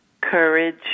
courage